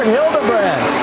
Hildebrand